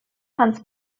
hans